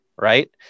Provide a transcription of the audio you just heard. right